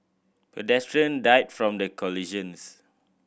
pedestrian died from the collisions